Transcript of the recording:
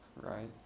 right